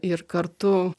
ir kartu